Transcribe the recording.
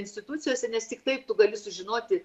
institucijose nes tik taip tu gali sužinoti